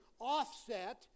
offset